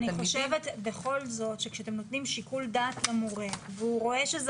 אני בכל זאת חושבת שכשאתם נותנים שיקול דעת למורה והוא רואה שזה